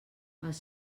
els